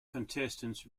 contestants